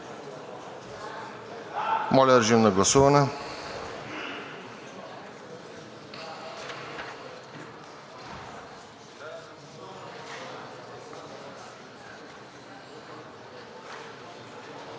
Моля, режим на гласуване.